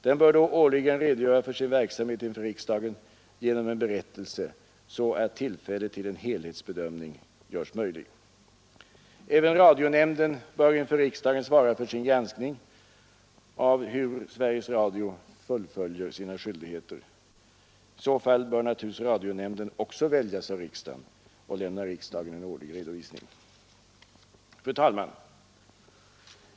Den borde då årligen redogöra för sin verksamhet inför riksdagen genom en berättelse, så att en helhetsbedömning blir möjlig. Även radionämnden borde inför riksdagen svara för sin granskning av hur Sveriges Radio fullgör sina skyldigheter. I så fall bör naturligtvis radionämnden också väljas av riksdagen och lämna riksdagen en årlig redovisning. Fru talman!